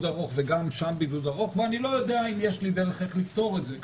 ארוך וגם שם בידוד ארוך ואני לא יודע אם יש לי דרך לפתור את זה.